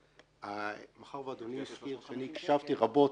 מאחר ואדוני הזכיר, ואני הקשבתי רבות